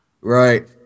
Right